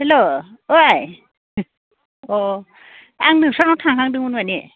hello ओइ अ' आं नोंस्रानाव थांहांदोंमोन मानि